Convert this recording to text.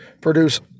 produce